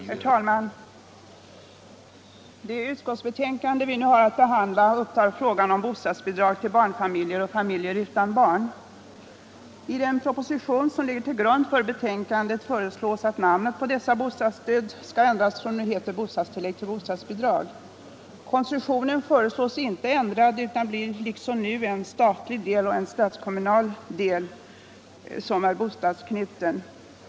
Herr talman! Det utskottsbetänkande vi nu har att behandla upptar frågan om bostadsbidrag till barnfamiljer och familjer utan barn. I den proposition som ligger till grund för betänkandet föreslås att namnet på detta bostadsstöd ändras från, som det nu heter, bostadstillägg till bostadsbidrag. Konstruktionen föreslås inte ändrad utan det blir liksom nu en statlig del och en statskommunal del som är bostadsanknuten.